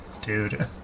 dude